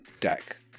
deck